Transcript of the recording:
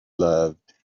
loved